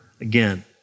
again